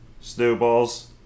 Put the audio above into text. Snowballs